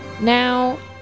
Now